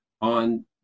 on